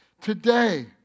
Today